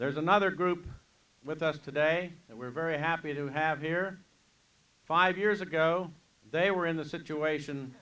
there's another group with us today that we're very happy to have here five years ago they were in that situation